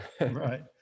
Right